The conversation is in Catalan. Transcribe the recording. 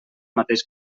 mateix